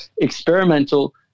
experimental